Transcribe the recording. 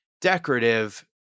decorative